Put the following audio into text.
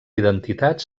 identitat